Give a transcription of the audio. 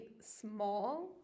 small